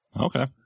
Okay